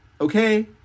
okay